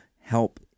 help